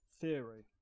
theory